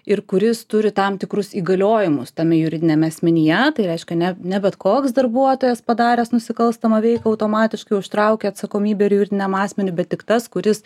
ir kuris turi tam tikrus įgaliojimus tame juridiniame asmenyje tai reiškia ne ne bet koks darbuotojas padaręs nusikalstamą veiką automatiškai užtraukia atsakomybę ir juridiniam asmeniui bet tik tas kuris